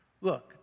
Look